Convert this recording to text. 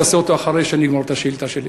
תעשה אותו אחרי שאני אגמור את השאילתה שלי.